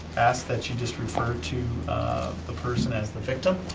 ask that you just refer to the person as the victim,